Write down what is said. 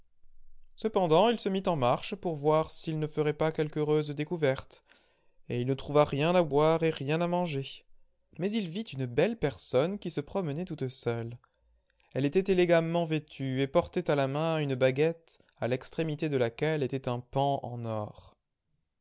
cependant il se mit en marche pour voir s'il ne ferait pas quelque heureuse découverte et il ne trouva rien à boire et rien à manger mais il vit une belle personne qui se promenait toute seule elle était élégamment vêtue et portait à la main une baguette à l'extrémité de laquelle était un paon en or